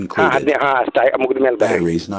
ಹಾಂ ಅದ್ನೇ ಹಾಂ ಅಷ್ಟು ಮುಗಿದ ಮೇಲೆ ಬರ್ರಿ